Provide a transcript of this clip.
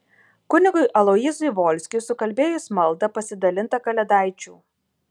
kunigui aloyzui volskiui sukalbėjus maldą pasidalinta kalėdaičių